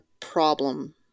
problem